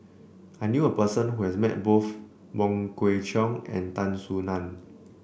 I knew a person who has met both Wong Kwei Cheong and Tan Soo Nan